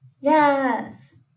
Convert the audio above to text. Yes